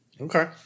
Okay